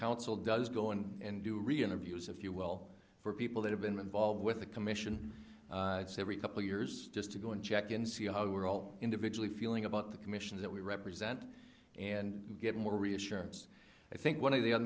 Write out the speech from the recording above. council does go in and do reinterviews if you will for people that have been involved with the commission every couple years just to go and check and see how we're all individually feeling about the commissions that we represent and give more reassurance i think one of the